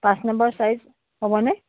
পাঁচ number size হ'বনে